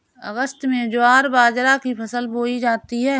अगस्त में ज्वार बाजरा की फसल बोई जाती हैं